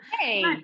Hey